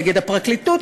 נגד הפרקליטות,